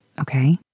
okay